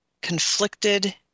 conflicted